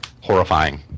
horrifying